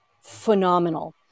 phenomenal